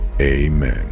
Amen